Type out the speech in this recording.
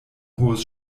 hohes